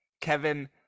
kevin